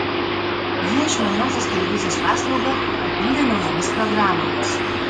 jie išmaniosios televizijos paslaugą papildė naujomis programomis